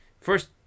first